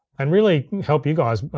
and really, help you guys